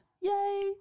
yay